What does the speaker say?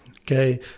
okay